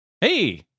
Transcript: hey